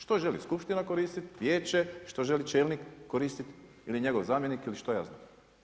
Što želi skupština koristiti, vijeće, što želi čelnik koristiti ili njegov zamjenik ili što ja znam.